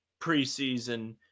preseason